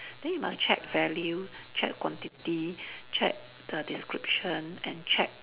then you must check value check quantity check the description and check